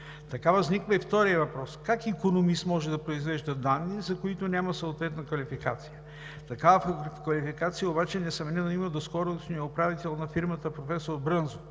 Така възниква и вторият въпрос: как икономист може да произвежда данни, за които няма съответна квалификация? Такава квалификация обаче несъмнено има доскорошният управител на фирмата професор Брънзов.